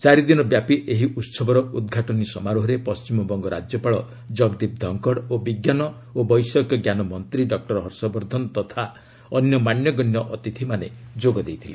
ଚାରିଦିନ ବ୍ୟାପି ଏହି ଉସବର ଉଦ୍ଘାଟନୀ ସମାରୋହରେ ପଣ୍ଢିମବଙ୍ଗ ରାଜ୍ୟପାଳ କଗଦୀପ ଧଙ୍କଡ଼ ଓ ବିଙ୍କାନ ଓ ବୈଷୟିକଙ୍କାନ ମନ୍ତ୍ରୀ ଡକ୍କର ହର୍ଷବର୍ଦ୍ଧନ ତଥା ଅନ୍ୟ ମାନ୍ୟଗଣ୍ୟ ଅତିଥିମାନେ ଯୋଗ ଦେଇଥିଲେ